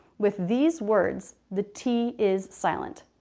with these words the t is silent.